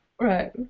right